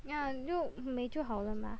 ya 就美就好了吗